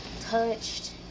touched